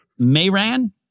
Mayran